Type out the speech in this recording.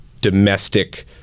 domestic